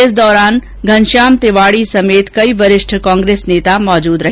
इस दौरानघनश्याम तिवाड़ी समेत कई वरिष्ठ कांग्रेस नेता मौजूद रहे